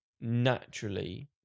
naturally